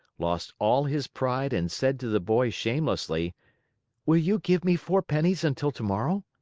lost all his pride and said to the boy shamelessly will you give me four pennies until tomorrow?